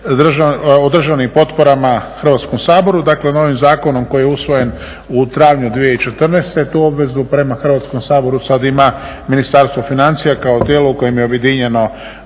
o državnim potporama Hrvatskom saboru. Dakle, novim zakonom koji je usvojen u travnju 2014. tu obvezu prema Hrvatskom saboru sad ima Ministarstvo financija kao tijelo u kojem je objedinjeno